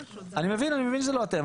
זה לא אנחנו --- אני מבין שזה לא אתם,